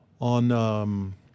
on